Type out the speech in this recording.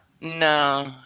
no